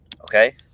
okay